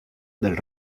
del